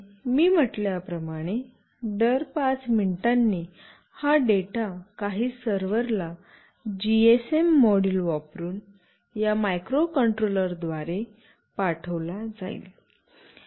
आणि मी म्हटल्याप्रमाणे दर 5 मिनिटांनी हा डेटा काही सर्व्हरला जीएसएम मॉड्यूल वापरुन या मायक्रोकंट्रोलर द्वारे पाठविला जाईल